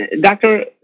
Doctor